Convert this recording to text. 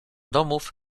domów